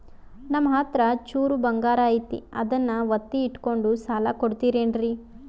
ನಮ್ಮಹತ್ರ ಚೂರು ಬಂಗಾರ ಐತಿ ಅದನ್ನ ಒತ್ತಿ ಇಟ್ಕೊಂಡು ಸಾಲ ಕೊಡ್ತಿರೇನ್ರಿ?